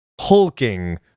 hulking